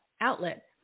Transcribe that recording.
outlet